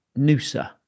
Noosa